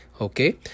okay